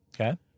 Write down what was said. Okay